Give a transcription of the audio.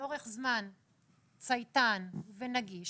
לאורך זמן צייתן ונגיש